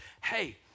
hey